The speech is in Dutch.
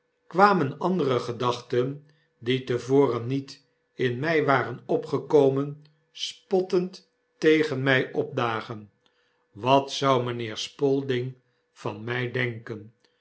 kwamen andere gedachten die te voren niet in my waren opgekomen spottend tegen my opdagen wat zou mijnheer spalding van mij denken